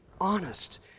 honest